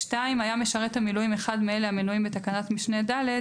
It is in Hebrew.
"(2)היה משרת המילואים אחד מאלה המנויים בתקנת משנה (ד),